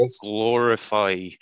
glorify